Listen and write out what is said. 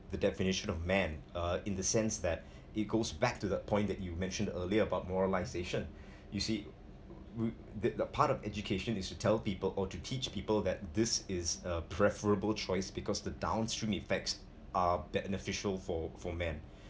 the definition of man uh in the sense that it goes back to the point that you mentioned earlier about moralization you see we the the part of education is to tell people or to teach people that this is a preferable choice because the downstream effects are beneficial for for man